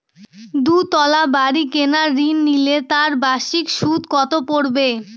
দুতলা বাড়ী কেনার ঋণ নিলে তার বার্ষিক সুদ কত পড়বে?